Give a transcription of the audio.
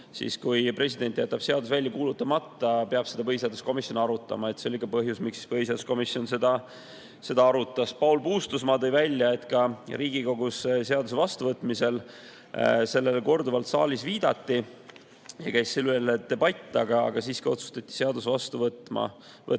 kui president jätab seaduse välja kuulutamata, peab põhiseaduskomisjon seda arutama. See oli ka põhjus, miks põhiseaduskomisjon seda arutas. Paul Puustusmaa tõi välja, et ka Riigikogus seaduse vastuvõtmisel sellele korduvalt saalis viidati ja selle üle käis debatt, aga siiski otsustati seadus vastu võtta.